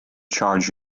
charge